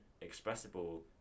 expressible